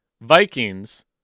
Vikings